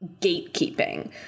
gatekeeping